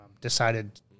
decided